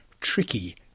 tricky